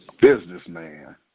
Businessman